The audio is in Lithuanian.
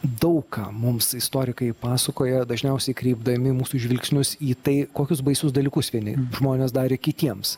daug ką mums istorikai pasakoja dažniausiai kreipdami mūsų žvilgsnius į tai kokius baisius dalykus vieni žmonės darė kitiems